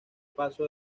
paso